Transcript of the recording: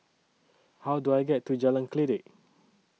How Do I get to Jalan Kledek